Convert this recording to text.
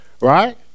right